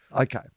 okay